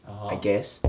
I guess